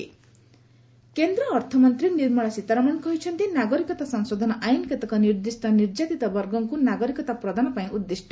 ଚେନ୍ନାଇ ନିର୍ମଳା ସୀତାରମଣ କେନ୍ଦ୍ର ଅର୍ଥମନ୍ତ୍ରୀ ନିର୍ମଳା ସୀତାରମଣ କହିଛନ୍ତି ନାଗରିକତା ସଂଶୋଧନ ଆଇନ କେତେକ ନିର୍ଦ୍ଦିଷ୍ଟ ନିର୍ଯାତିତ ବର୍ଗଙ୍କ ନାଗରିକତା ପ୍ରଦାନ ପାଇଁ ଉଦିଷ୍ଟ